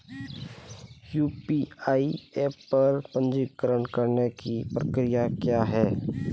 UPI app पर पंजीकरण करने की प्रक्रिया क्या है?